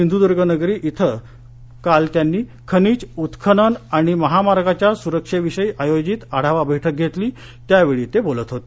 सिंधुर्दर्गनगरी इथं आज त्यांनी खनिज उत्खनन आणि महामार्गाच्या सुरक्षेविषयी आयोजित आढावा बैठकीमध्ये ते बोलत होते